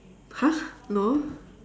!huh! no